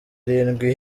irindwi